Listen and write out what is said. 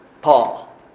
Paul